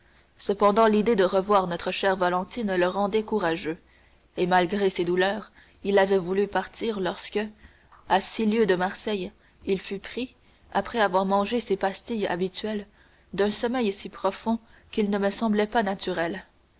cependant l'idée de revoir notre chère valentine le rendait courageux et malgré ses douleurs il avait voulu partir lorsque à six lieues de marseille il fut pris après avoir mangé ses pastilles habituelles d'un sommeil si profond qu'il ne me semblait pas naturel